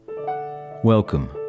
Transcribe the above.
Welcome